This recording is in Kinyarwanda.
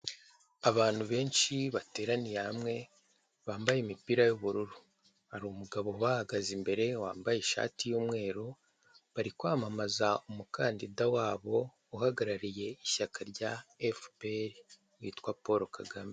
Abantu benshi bateraniye hamwe bambaye imipira y'ubururu, hari umugabo ubahagaze imbere wambaye ishati y'umweru, bari kwamamaza umukandida wabo uhagarariye ishyaka rya efuperi witwa Paul Kagame.